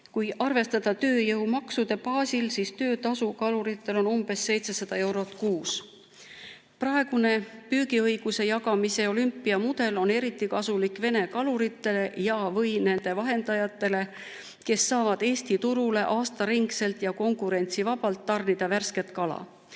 Kui arvestada tööjõumaksude baasil, siis töötasu on kaluritel umbes 700 eurot kuus. Praegune püügiõiguse jagamise olümpiamudel on eriti kasulik Vene kaluritele ja/või nende vahendajatele, kes saavad Eesti turule aastaringselt ja konkurentsivabalt tarnida värsket kala.